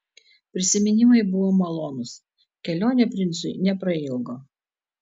prisiminimai buvo malonūs kelionė princui neprailgo